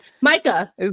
Micah